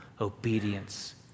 obedience